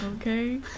okay